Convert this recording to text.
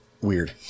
Weird